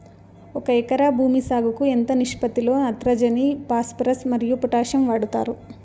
ఒక ఎకరా భూమి సాగుకు ఎంత నిష్పత్తి లో నత్రజని ఫాస్పరస్ మరియు పొటాషియం వాడుతారు